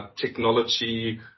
technology